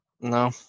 No